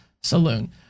saloon